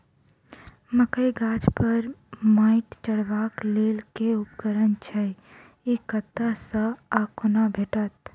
मकई गाछ पर मैंट चढ़ेबाक लेल केँ उपकरण छै? ई कतह सऽ आ कोना भेटत?